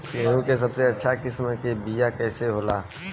गेहूँ के सबसे उच्च किस्म के बीया कैसन होला?